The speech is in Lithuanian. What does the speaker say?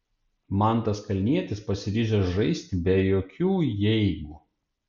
mantas kalnietis pasiryžęs žaisti be jokių jeigu